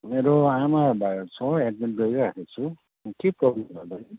मेरो आमा भएको छ हौ एड्मिट गरिराखेको छु के प्रब्लम भयो